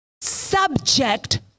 subject